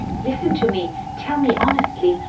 listen to me tell me honestly,